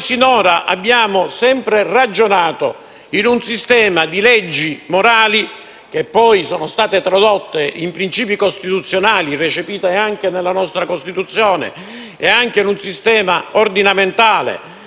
Sinora abbiamo sempre ragionato in un sistema di leggi morali, che sono state poi tradotte in principi costituzionali, recepite anche nella nostra Costituzione, e anche in un sistema ordinamentale